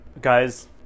guys